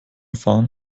fahren